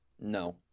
No